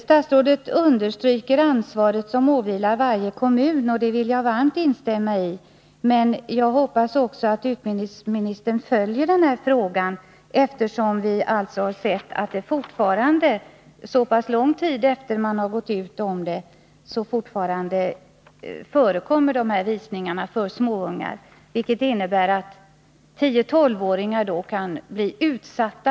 Statsrådet understryker ansvaret som åvilar varje kommun, och det vill jag varmt instämma i. Men jag hoppas också att utbildningsministern följer den här frågan, eftersom vi har sett att det fortfarande, så pass lång tid efter att det har uppmärksammats, förekommer visningar av barnförbjudna filmer, vilket innebär att 10-12-åringar kan bli utsatta.